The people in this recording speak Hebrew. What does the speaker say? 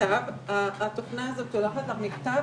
למטופלות לעבור את הטראומה הזאת עד כמה שניתן בצורה מכובדת,